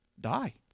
die